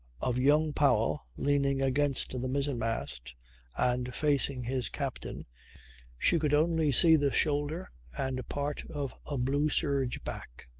of young powell, leaning against the mizzen-mast and facing his captain she could only see the shoulder and part of a blue serge back.